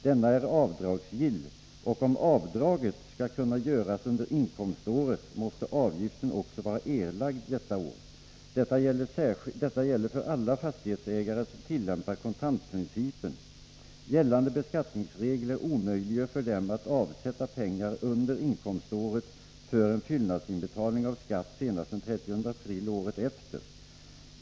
Denna är avdragsgill, och om avdraget skall kunna göras under inkomståret måste avgiften också vara erlagd detta år. Detta gäller för alla fastighetsägare som tillämpar kontantprincipen. Gällande beskattningsregler omöjliggör för dem att avsätta pengar under inkomståret för en fyllnadsinbetalning av skatt senast den 30 april året efter.